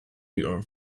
your